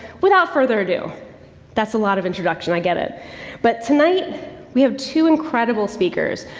without further ado that's a lot of introduction, i get it but tonight we have two incredible speakers,